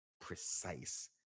precise